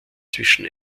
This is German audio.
zwischen